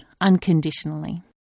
unconditionally